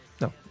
no